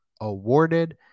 awarded